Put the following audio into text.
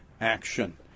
Action